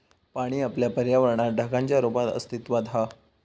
पाणी आपल्या पर्यावरणात ढगांच्या रुपात अस्तित्त्वात हा